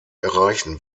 erreichen